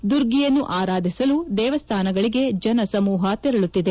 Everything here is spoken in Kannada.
ದುರ್ಗಿಯನ್ನು ಆರಾಧಿಸಲು ದೇವಸ್ಥಾನಗಳಿಗೆ ಜನಸಮೂಹ ತೆರಳುತ್ತದೆ